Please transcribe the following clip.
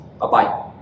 Bye-bye